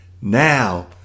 now